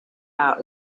out